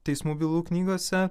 teismų bylų knygose